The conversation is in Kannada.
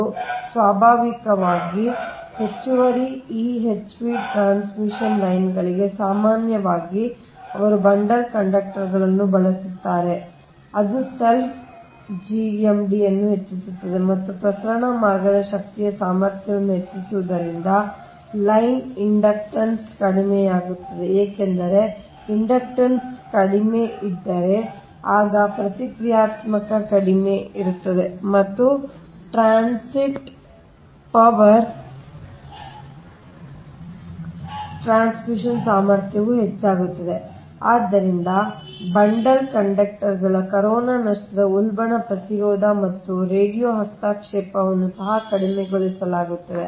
ಆದ್ದರಿಂದ ಸ್ವಾಭಾವಿಕವಾಗಿ ಇದು ಹೆಚ್ಚುವರಿ EHV ಟ್ರಾನ್ಸ್ಮಿಷನ್ನ್ ಲೈನ್ ಗಳಿಗೆ ಸಾಮಾನ್ಯವಾಗಿ ಅವರು ಬಂಡಲ್ ಕಂಡಕ್ಟರ್ ಗಳನ್ನು ಬಳಸುತ್ತಾರೆ ಅದು selfಸೆಲ್ಫ್ GMD ಅನ್ನು ಹೆಚ್ಚಿಸುತ್ತದೆ ಮತ್ತು ಪ್ರಸರಣ ಮಾರ್ಗದ ಶಕ್ತಿಯ ಸಾಮರ್ಥ್ಯವನ್ನು ಹೆಚ್ಚಿಸುವುದರೊಂದಿಗೆ ಲೈನ್ ಇಂಡಕ್ಟನ್ಸ್ ಕಡಿಮೆಯಾಗುತ್ತದೆ ಏಕೆಂದರೆ ಇಂಡಕ್ಟನ್ಸ್ ಕಡಿಮೆಯಿದ್ದರೆ ಆಗ ಪ್ರತಿಕ್ರಿಯಾತ್ಮಕತೆ ಕಡಿಮೆ ಇರುತ್ತದೆ ಮತ್ತು ಟ್ರಾನ್ಸ್ಮಿಟ್ ಪವರ್ ಟ್ರಾನ್ಸ್ಮಿಷನ್ ಸಾಮರ್ಥ್ಯವು ಹೆಚ್ಚಾಗುತ್ತದೆ ಆದ್ದರಿಂದ ಬಂಡಲ್ ಕಂಡಕ್ಟರ್ಗಳು ಕರೋನಾ ನಷ್ಟದ ಉಲ್ಬಣ ಪ್ರತಿರೋಧ ಮತ್ತು ರೇಡಿಯೊ ಹಸ್ತಕ್ಷೇಪವನ್ನು ಸಹ ಕಡಿಮೆಗೊಳಿಸಲಾಗುತ್ತದೆ